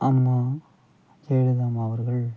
அம்மா ஜெயலலிதா அம்மா அவர்கள்